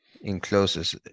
Encloses